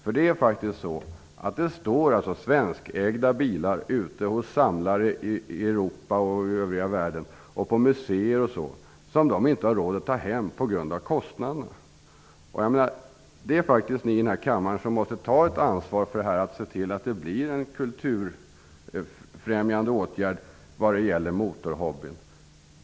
Det står faktiskt svenskägda bilar hos samlare och på museer ute i Europa och i övriga världen som ägarna inte har råd att ta hem på grund av kostnaderna. Ni i den här kammaren måste se till att det vidtas en kulturfrämjande åtgärd när det gäller motorhobbyn.